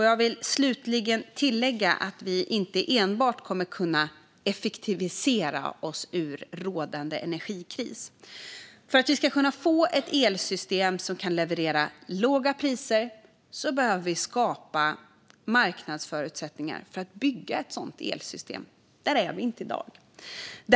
Jag vill slutligen tillägga att vi inte enbart kommer att kunna effektivisera oss ur den rådande energikrisen. För att vi ska kunna få ett elsystem som kan leverera låga priser behöver vi skapa marknadsförutsättningar för att bygga ett sådant elsystem. Där är vi inte i dag.